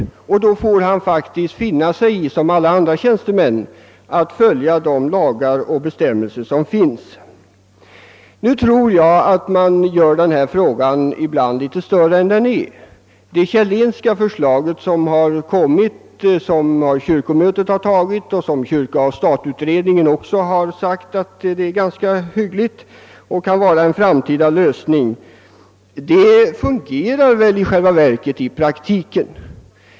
Då får han faktiskt finna sig i — som alla andra tjänstemän — att följa de lagar och bestämmelser som gäller. Emellertid tror jag att man gör denna fråga litet större än vad den i själva verket är. Det Kjellinska förslaget som kyrkomötet har antagit och som utredningen kyrka—stat också har funnit vara ganska hyggligt som en framtida lösning fungerar redan nu i praktiken.